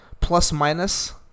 Plus-minus